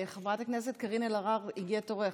חברת הכנסת קארין אלהרר, הגיע תורך.